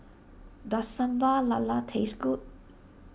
does Sambal Lala taste good